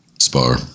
Spar